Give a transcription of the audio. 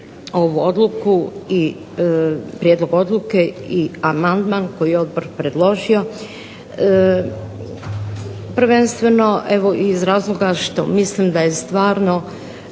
ovaj prijedlog odluke i amandman koji je odbor predložio, prvenstveno iz razloga što mislim da je stvarno